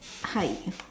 hi